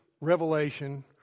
Revelation